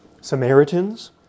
Samaritans